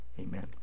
Amen